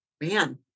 man